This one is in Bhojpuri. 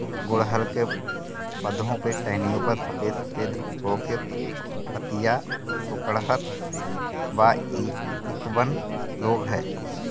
गुड़हल के पधौ के टहनियाँ पर सफेद सफेद हो के पतईया सुकुड़त बा इ कवन रोग ह?